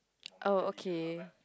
oh okay